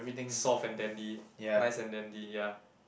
soft and dandy nice and dandy ya